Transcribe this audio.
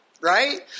right